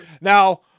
Now